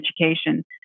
education